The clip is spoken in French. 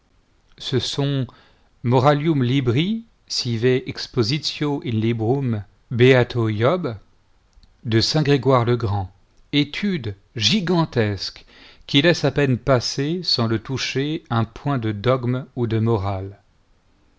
ce sont moralium libri sive expositio in librum b job de saint grégoire le grand élude gigantesque qui laisse à peine passer sans le toucher un point da dogme ou de morale